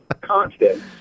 constant